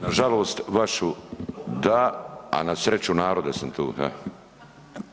Na žalost vašu da, a na sreću naroda sam tu, e.